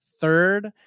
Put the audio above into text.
third